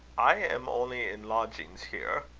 i am only in lodgings here,